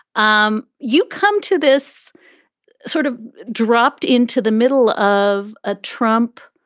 um you come to this sort of dropped into the middle of a trump